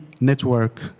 network